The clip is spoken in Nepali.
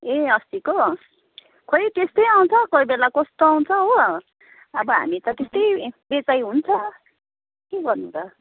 ए अस्तिको खोइ त्यस्तै आउँछ कोही बेला कस्तो आउँछ हो अब हामी त त्यस्तै बेचाइ हुन्छ के गर्नु त